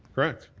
correct.